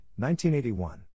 1981